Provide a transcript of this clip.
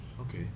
Okay